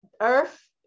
Earth